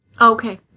Okay